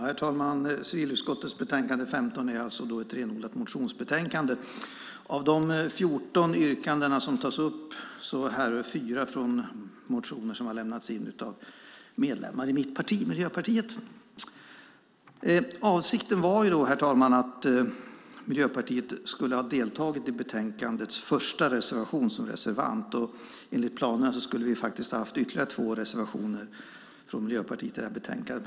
Herr talman! Civilutskottets betänkande 15 är ett renodlat motionsbetänkande. Av de 14 yrkanden som tas upp härrör fyra från motioner som inlämnats av medlemmar i mitt parti, Miljöpartiet. Avsikten var att Miljöpartiet skulle ha deltagit som reservant i betänkandets första reservation, och vi skulle enligt planerna faktiskt ha haft ytterligare två reservationer från Miljöpartiet i betänkandet.